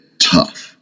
tough